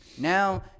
now